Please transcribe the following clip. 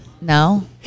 no